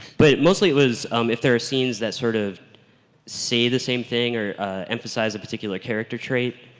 but mostly it was if there are scenes that sort of say the same thing or emphasize a particular character trait,